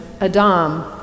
Adam